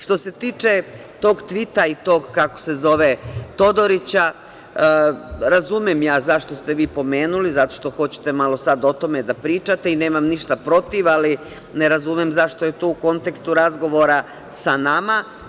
Što se tiče tog tvita i tog kako se zove, Todorića, razumem ja zašto ste vi pomenuli, zato što hoćete malo sad o tome da pričate i nemam ništa protiv, ali ne razumem zašto je tu u kontekstu razgovora sa nama.